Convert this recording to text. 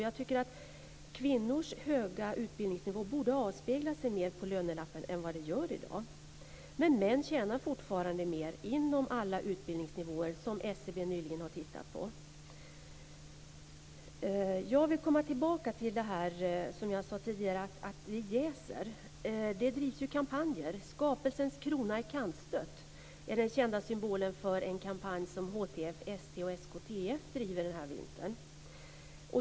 Jag tycker att kvinnors höga utbildningsnivå borde avspegla sig mer på lönelappen än vad den gör i dag. Män tjänar fortfarande mer inom alla utbildningsnivåer, vilket SCB nyligen har tittat på. Jag vill komma tillbaka till det som jag sade tidigare om att det jäser. Det drivs kampanjer. "Skapelsens krona är kantstött" är den kända symbolen för en kampanj som HTF, ST och SKTF driver denna vinter.